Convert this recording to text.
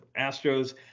Astros